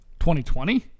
2020